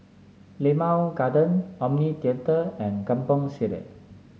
Limau Garden Omni Theatre and Kampong Sireh